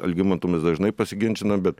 algimantu mes dažnai pasiginčinam bet